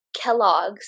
Kellogg's